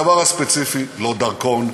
הדבר הספציפי: לא דרכון,